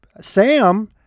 Sam